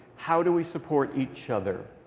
how do we support each other,